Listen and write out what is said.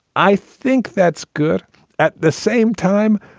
i think that's good at the same time,